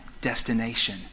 destination